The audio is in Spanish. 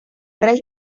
rey